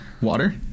water